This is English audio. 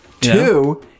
Two